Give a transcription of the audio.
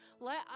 Let